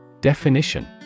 Definition